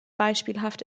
beispielhaft